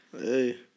Hey